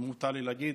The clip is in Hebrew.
ואם מותר לי להגיד,